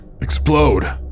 explode